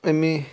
أمی